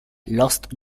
lost